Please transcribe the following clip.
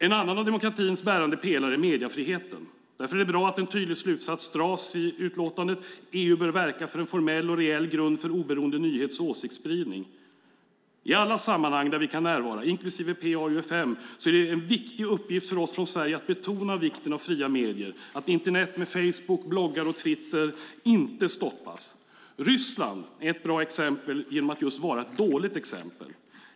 En annan av demokratins bärande pelare är mediefriheten. Därför är det bra att en tydlig slutsats dras i utlåtandet: EU bör verka för en formell och reell grund för oberoende nyhets och åsiktsspridning. I alla sammanhang där vi kan närvara, inklusive PA-UfM, är det en viktig uppgift för oss från Sverige att betona vikten av fria medier och att internet med Facebook, bloggar och Twitter inte stoppas. Ryssland är ett bra exempel genom att just vara ett dåligt exempel.